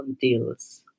deals